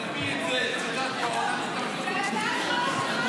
נקפיא את זה שישה שבועות --- זו הצעת חוק שלך,